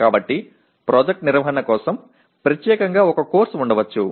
எனவே திட்ட நிர்வாகத்திற்காக பிரத்தியேகமாக ஒரு பாடநெறி இருக்கலாம்